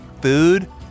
food